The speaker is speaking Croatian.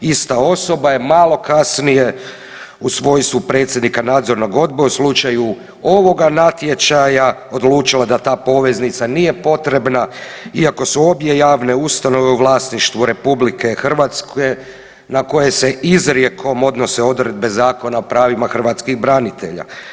Ista osoba je malo kasnije u svojstvu predsjednika nadzornog odbora u slučaju ovoga natječaja odlučila da ta poveznica nije potrebna iako su obje javne ustanove u vlasništvu RH na koje se izrijekom odnose odredbe Zakona o pravima hrvatskih branitelja.